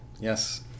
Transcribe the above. Yes